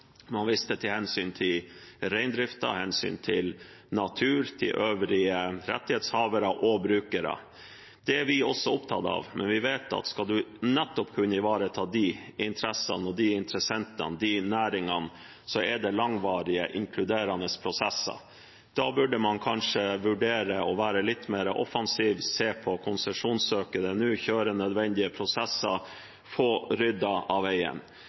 man viste til hensyn til reindriften, hensyn til natur, til øvrige rettighetshavere og brukere. Det er vi også opptatt av, men vi vet at skal man nettopp kunne ivareta de interessene og de interessentene, de næringene, er det langvarige, inkluderende prosesser. Da burde man kanskje vurdere å være litt mer offensiv, se på konsesjonssøknadene nå, kjøre nødvendige prosesser, få ryddet det av veien.